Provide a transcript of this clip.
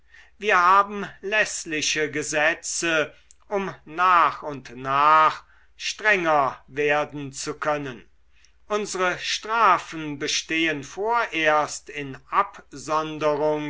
wir haben läßliche gesetze um nach und nach strenger werden zu können unsre strafen bestehen vorerst in